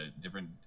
different